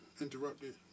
interrupted